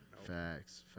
Facts